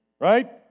right